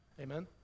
Amen